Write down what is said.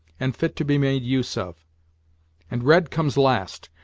and fit to be made use of and red comes last,